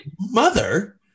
mother